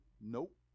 Nope